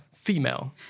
female